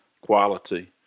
quality